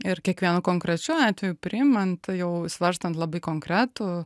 ir kiekvienu konkrečiu atveju priimant jau svarstant labai konkretų